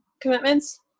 commitments